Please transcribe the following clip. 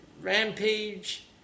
Rampage